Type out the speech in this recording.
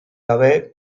gabe